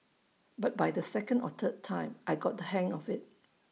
but by the second or third time I got the hang of IT